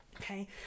Okay